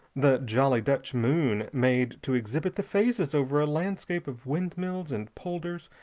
the jolly dutch moon, made to exhibit the phases over a landscape of windmills and polders,